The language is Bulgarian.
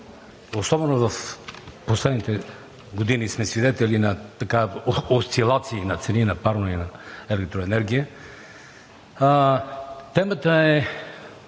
особено в последните години сме свидетели на осцилации на цените на парното и на електроенергията. Темата е